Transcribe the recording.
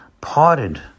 parted